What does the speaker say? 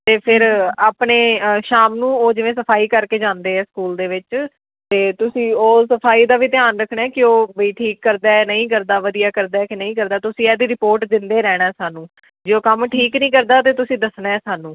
ਅਤੇ ਫਿਰ ਆਪਣੇ ਅ ਸ਼ਾਮ ਨੂੰ ਉਹ ਜਿਵੇਂ ਸਫਾਈ ਕਰਕੇ ਜਾਂਦੇ ਆ ਸਕੂਲ ਦੇ ਵਿੱਚ ਅਤੇ ਤੁਸੀਂ ਉਹ ਸਫਾਈ ਦਾ ਵੀ ਧਿਆਨ ਰੱਖਣਾ ਕਿ ਉਹ ਵੀ ਠੀਕ ਕਰਦਾ ਨਹੀਂ ਕਰਦਾ ਵਧੀਆ ਕਰਦਾ ਕਿ ਨਹੀਂ ਕਰਦਾ ਤੁਸੀਂ ਇਹਦੀ ਰਿਪੋਰਟ ਦਿੰਦੇ ਰਹਿਣਾ ਸਾਨੂੰ ਜੇ ਉਹ ਕੰਮ ਠੀਕ ਨਹੀਂ ਕਰਦਾ ਤਾਂ ਤੁਸੀਂ ਦੱਸਣਾ ਹੈ ਸਾਨੂੰ